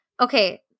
okay